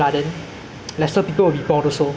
so what are you going to do after you go home now